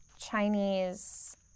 Chinese